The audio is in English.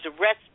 arrested